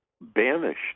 banished